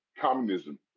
communism